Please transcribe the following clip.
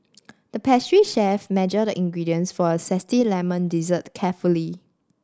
the pastry chef measured the ingredients for a zesty lemon dessert carefully